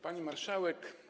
Pani Marszałek!